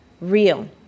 real